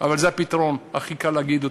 אבל זה הפתרון, הכי קל להגיד אותו.